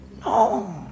No